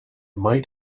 might